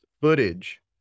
footage